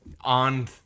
on